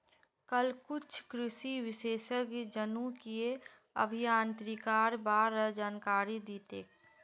कल कुछ कृषि विशेषज्ञ जनुकीय अभियांत्रिकीर बा र जानकारी दी तेक